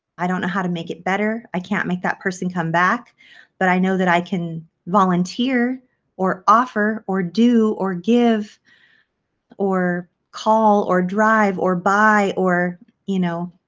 i don't know how to make it better. i can't make that person come back but i know that i can volunteer or offer or do or give or call or drive or buy or you know